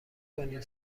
کنید